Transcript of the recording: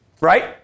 right